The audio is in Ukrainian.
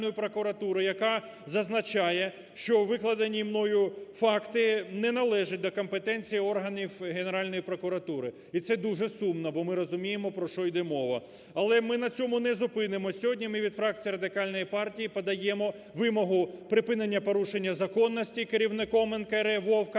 яка зазначає, що викладені мною факти не належать до компетенції органів Генеральної прокуратури. І це дуже сумно, бо ми розуміємо, про що йде мова. Але ми на цьому не зупинимось. Сьогодні ми від фракції Радикальної партії подаємо вимогу припинення порушення законності керівником НКРЕ Вовком.